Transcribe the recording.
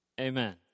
Amen